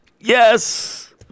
Yes